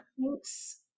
Thanks